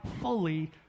fully